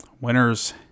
Winners